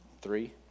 Three